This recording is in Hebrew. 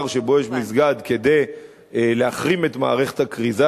שבו יש מסגד כדי להחרים את מערכת הכריזה,